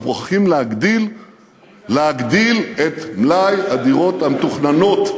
אנחנו מוכרחים להגדיל את מלאי הדירות המתוכננות,